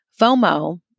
FOMO